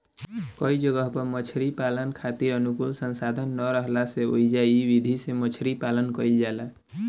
कई जगह पर मछरी पालन खातिर अनुकूल संसाधन ना राहला से ओइजा इ विधि से मछरी पालन कईल जाला